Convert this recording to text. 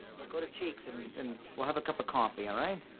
go to cheeks and and we'll have a cup of coffee, all right?